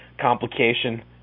complication